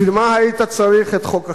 בשביל מה היית צריך את חוק החרם?